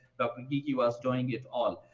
and geekie was doing it all.